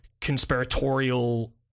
conspiratorial